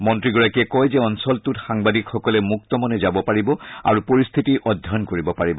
মন্ত্ৰীগৰাকীয়ে কয় যে অঞ্চলটোত সাংবাদিকসকলে মুক্তমনে যাব পাৰিব আৰু পৰিস্থিতি অধ্যয়ন কৰিব পাৰিব